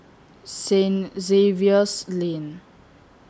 Saint Xavier's Lane